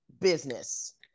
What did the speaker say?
business